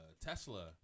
Tesla